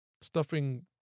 stuffing